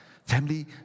Family